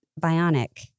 bionic